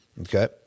Okay